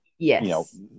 yes